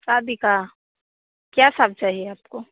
शादी का क्या सब चाहिए आपको